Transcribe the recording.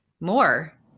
more